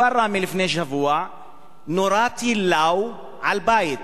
בכפר ראמה לפני שבוע נורה טיל "לאו" על בית.